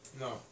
No